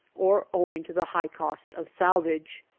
or owing to the high cost of salvage,